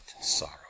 sorrow